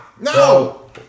No